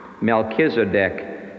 Melchizedek